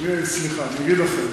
סליחה, אני אגיד אחרת.